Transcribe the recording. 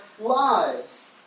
lives